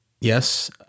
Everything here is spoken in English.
yes